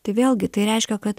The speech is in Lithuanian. tai vėlgi tai reiškia kad